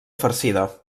farcida